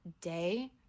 day